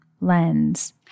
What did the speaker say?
lens